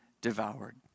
devoured